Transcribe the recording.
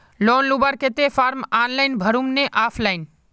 Loan लुबार केते form online भरुम ने ऑफलाइन?